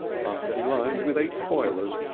partially lined with eight boilers,